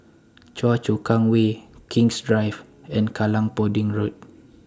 Choa Chu Kang Way King's Drive and Kallang Pudding Road